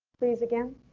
please again.